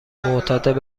معتاد